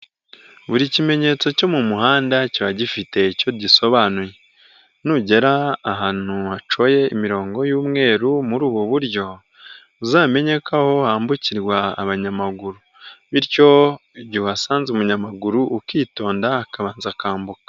Buri kimenyetso cyo mu muhanda kiba gifite icyo gisobanuye, nugera ahantu hacoye imirongo y'umweru muri ubu buryo, uzamenye ko aho wambukirwa abanyamaguru bityo igihe uhasanze umunyamaguru ukitonda, akabanza akambuka.